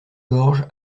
gorge